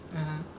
ah